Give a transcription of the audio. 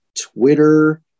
Twitter